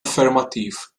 affermattiv